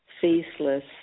faceless